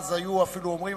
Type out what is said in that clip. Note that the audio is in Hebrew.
אז אפילו היו אומרים: